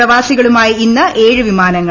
പ്രവാസികളുമായി ഇന്ന് ഏഴ് വിമാനങ്ങൾ